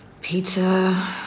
Pizza